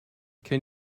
can